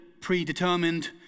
predetermined